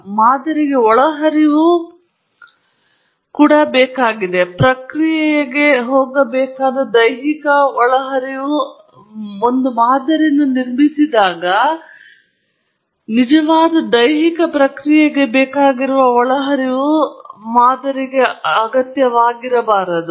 ಮತ್ತು ಮಾದರಿಗೆ ಒಳಹರಿವು ಪ್ರಕ್ರಿಯೆಗೆ ಹೋಗಬೇಕಾದ ದೈಹಿಕ ಒಳಹರಿವು ಅಗತ್ಯವಾಗಿರಬಾರದು